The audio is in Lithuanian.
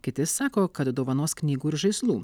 kiti sako kad dovanos knygų ir žaislų